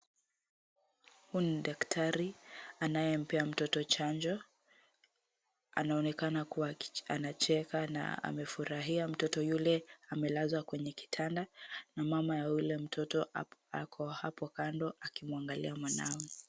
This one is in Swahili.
Huyu ni daktari anayempea mtoto chanjo, anaonekana kuwa anacheka na amefurahia mtoto yule amelazwa kwenye kitanda na mama ya yule mtoto ako hapo kando akimwangalia mwanawe.